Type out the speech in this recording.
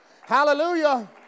Hallelujah